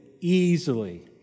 easily